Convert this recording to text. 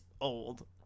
old